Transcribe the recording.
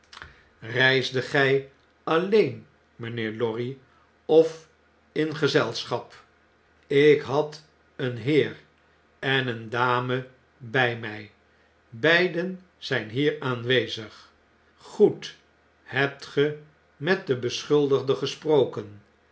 beschuleeisdet gij alleen mynheer lorry of in gezelschap ik had een heer en eene dame bjj imj beiden zjjn hier aanwezig goed hebt ge met de beschuldigde gesproken